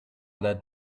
that